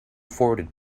forwarded